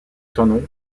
thonon